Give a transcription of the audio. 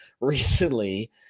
recently